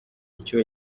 icyo